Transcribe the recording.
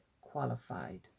qualified